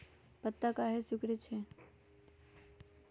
पत्ता काहे सिकुड़े छई?